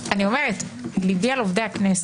אבל גם עובדי הכנסת,